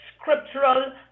scriptural